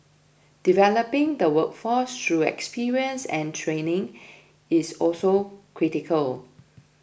developing the workforce through experience and training is also critical